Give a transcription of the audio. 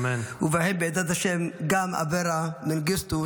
ובהם בעזרת השם גם אברה מנגיסטו,